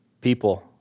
people